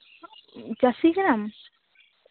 ᱪᱟᱹᱥᱤ ᱠᱟᱱᱟᱢ